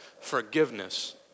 forgiveness